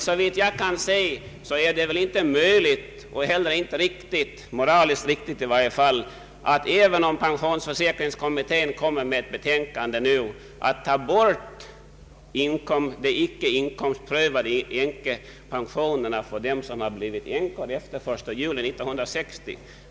Såvitt jag kan se, är det väl inte möjligt och heller inte moraliskt riktigt att — vad som än kommer att stå i pensionsförsäkringskommitténs betänkande — ta bort de icke inkomstprövade änkepensionerna för dem som har blivit änkor efter den 1 juli 1960.